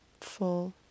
Full